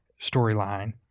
storyline